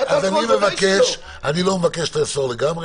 אני לא מבקש לאסור לגמרי,